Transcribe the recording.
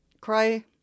cry